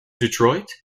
detroit